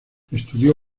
estudio